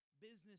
business